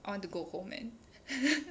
I want to go home man